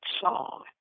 song